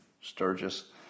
Sturgis